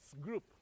group